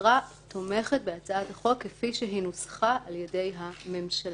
המשטרה תומכת בהצעת החוק כפי שהיא נוסחה על-ידי הממשלה.